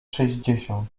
sześćdziesiąt